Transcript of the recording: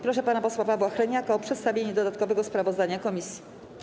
Proszę pana posła Pawła Hreniaka o przedstawienia dodatkowego sprawozdania komisji.